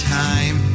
time